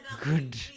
Good